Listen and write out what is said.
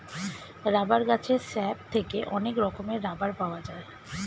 rubber গাছের sap থেকে অনেক রকমের রাবার পাওয়া যায়